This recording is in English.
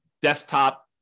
desktop